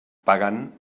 pagant